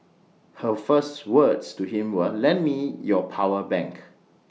her first words to him were lend me your power bank